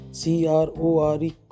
crore